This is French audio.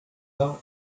arts